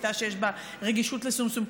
לכיתה שיש בה רגישות לשומשום.